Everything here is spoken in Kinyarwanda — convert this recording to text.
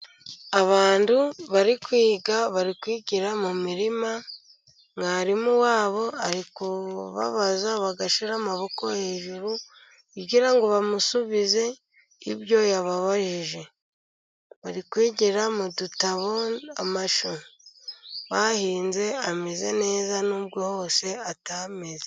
Abantu bari kwiga, bari kwigira mu mirima, mwarimu wabo ari kubabaza bagashyira amaboko hejuru, kugira ngo bamusubize ibyo yababajije, bari kwigira mu dutabo. Amashu bahinze ameze neza n'ubwo hose atameze.